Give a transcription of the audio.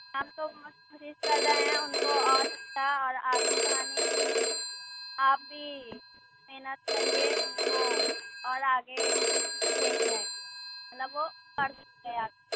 ہم تو بہت کوشش کر رہے ہیں اُن کو اور اچھا اور آگے پڑھانے کی آپ بھی محنت کریے اُن کو اور آگے بھیجنا ہے مطلب وہ پڑھ سکیں آگے